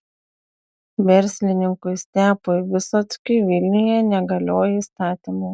verslininkui stepui visockiui vilniuje negalioja įstatymai